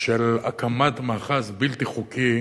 יש כאן עניין של הקמת מאחז בלתי חוקי